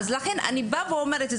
לכן אני אומרת,